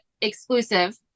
exclusive